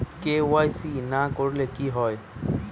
KYC না করলে কি হয়?